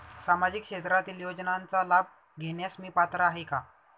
सामाजिक क्षेत्रातील योजनांचा लाभ घेण्यास मी पात्र आहे का?